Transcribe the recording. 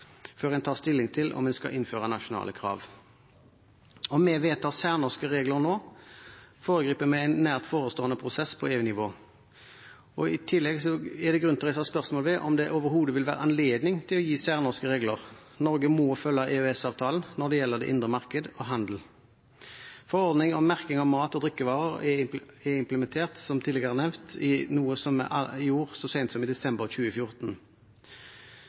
før en tar stilling til om en skal innføre nasjonale krav. Om vi vedtar særnorske regler nå, foregriper vi en nært forestående prosess på EU-nivå, og i tillegg er det grunn til å reise spørsmål ved om det overhodet vil være anledning til å gi særnorske regler. Norge må følge EØS-avtalen når det gjelder det indre marked og handel. Forordning om merking av mat- og drikkevarer ble – som tidligere nevnt – implementert så sent som i desember 2014. Nå gjenstår det å avvente denne EU-prosessen. I